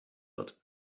wird